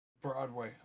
Broadway